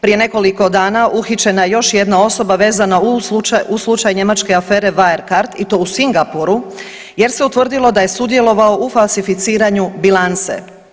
Prije nekoliko dana uhićena je još jedna osoba vezana uz slučaj njemačke afere Wirecard i to u Singapuru jer se utvrdilo da je sudjelovao u falsificiranju bilance.